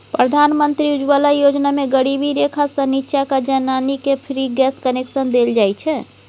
प्रधानमंत्री उज्जवला योजना मे गरीबी रेखासँ नीच्चाक जनानीकेँ फ्री गैस कनेक्शन देल जाइ छै